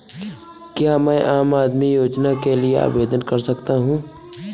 क्या मैं आम आदमी योजना के लिए आवेदन कर सकता हूँ?